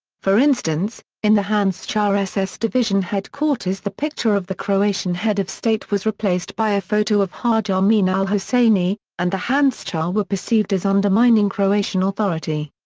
for instance, in the handschar ss division headquarters the picture of the croatian head of state was replaced by a photo of haj amin al-husseini, and the handschar were perceived as undermining croatian authority.